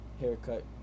haircut